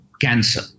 cancer